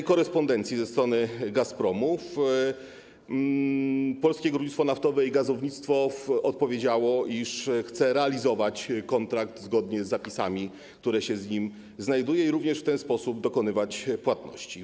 Na korespondencję Gazpromu Polskie Górnictwo Naftowe i Gazownictwo odpowiedziało, iż chce realizować kontrakt zgodnie z zapisami, które się w nim znajdują i również w ten sposób dokonywać płatności.